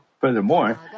Furthermore